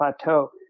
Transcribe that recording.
plateau